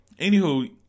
anywho